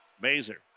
Mazer